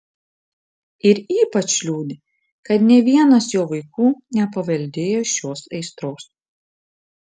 ir ypač liūdi kad nė vienas jo vaikų nepaveldėjo šios aistros